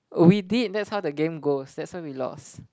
oh we did that's how the game goes that's why we lost